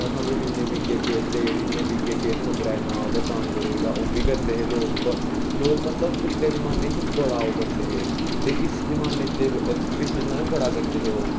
में थुहानू इन्ने बिगे खेत मदंरे दे नां उप्पर दान करी ओड़गा ओह् बी करदे है लोग लोग मतलब पिछले जमाने च बड़ा ओह् करदे हे ते इस जमाने ते पिछले जमाने च बड़ा करदे हे ओह्